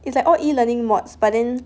it's like all E-learning mods but then